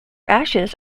ashes